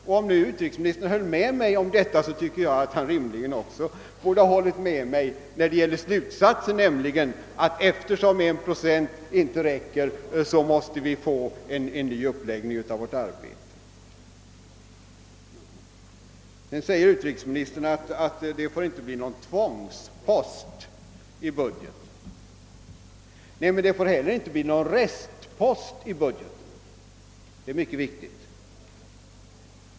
Och om utrikesministern håller med mig om detta tycker jag att han rimligen också borde hålla med mig när det gäller slutsatsen, att eftersom 1 procent inte räcker måste vi få till stånd en ny uppläggning av vårt arbete. Utrikesministern säger att u-hjälpsanslaget inte får bli någon »tvångspost» i budgeten. Nej, men det får heller inte bli någon restpost i budgeten — det är mycket viktigt.